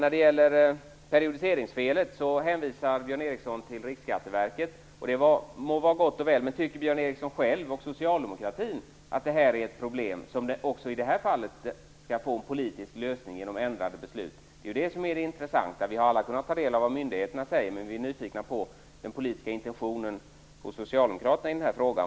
När det gäller periodiseringsfelen hänvisar Björn Ericson till Riksskatteverket. Det må vara gott och väl. Men tycker Björn Ericson själv, och tycker socialdemokratin, att det här är ett problem, som också i det här fallet skall få en politisk lösning genom ändrade beslut? Det är ju det som är det intressanta. Vi har alla kunnat ta del av vad myndigheterna säger, men vi är nyfikna på den politiska intentionen hos socialdemokraterna i den här frågan.